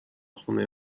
خونه